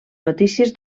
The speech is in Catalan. notícies